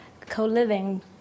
co-living